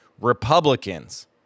Republicans